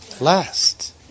last